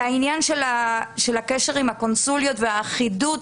לגבי הקשר עם הקונסוליות והאחידות